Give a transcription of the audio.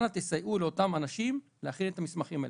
אנא תסייעו לאותם אנשים להכין את המסמכים האלה.